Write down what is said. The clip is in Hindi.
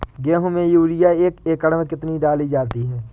गेहूँ में यूरिया एक एकड़ में कितनी डाली जाती है?